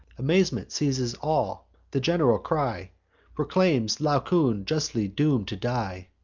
amazement seizes all the gen'ral cry proclaims laocoon justly doom'd to die,